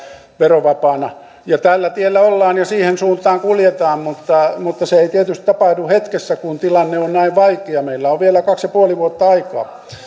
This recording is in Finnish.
verovapaana tällä tiellä ollaan ja siihen suuntaan kuljetaan mutta mutta se ei tietysti tapahdu hetkessä kun tilanne on näin vaikea meillä on vielä kaksi pilkku viisi vuotta aikaa